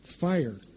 fire